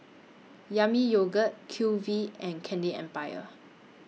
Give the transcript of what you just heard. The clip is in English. Yami Yogurt Q V and Candy Empire